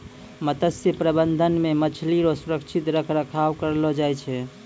मत्स्य प्रबंधन मे मछली रो सुरक्षित रख रखाव करलो जाय छै